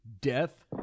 death